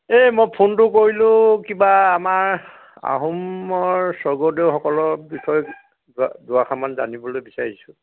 এই মই ফোনটো কৰিলোঁ কিবা আমাৰ আহোমৰ স্বৰ্গদেউসকলৰ বিষয়ে দুআ দুআষাৰমান জানিবলৈ বিচাৰিছোঁ